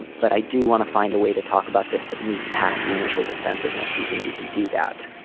but i do want to find a way to talk about this that moves past the initial defensiveness. do you think we can do that.